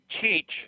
teach